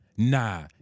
Nah